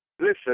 Listen